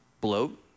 bloat